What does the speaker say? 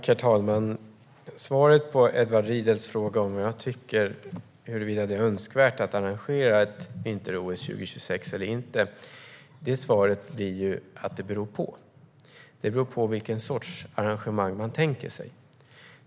Herr talman! Svaret på Edward Riedls fråga huruvida jag tycker att det är önskvärt att arrangera ett vinter-OS 2026 eller inte är att det beror på. Det beror på vilken sorts arrangemang man tänker sig.